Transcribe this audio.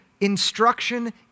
instruction